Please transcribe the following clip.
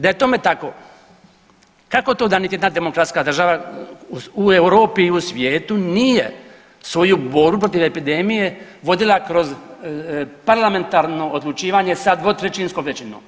Da je tome tako kako da niti jedna demokratska država u Europi, u svijetu nije svoju borbu protiv epidemije vodila kroz parlamentarno odlučivanje sa dvotrećinskom većinom.